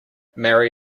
marry